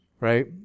right